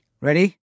Ready